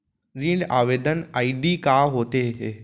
ऋण आवेदन आई.डी का होत हे?